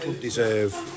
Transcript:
deserve